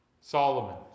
Solomon